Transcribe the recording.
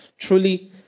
truly